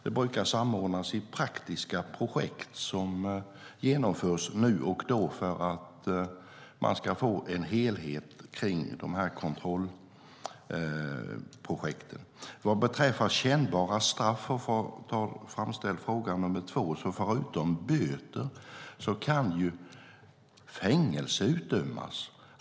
Det brukar samordnas i praktiska projekt som genomförs då och då för att man ska få en helhet. Vad beträffar kännbara straff kan jag säga att förutom böter kan fängelse utdömas.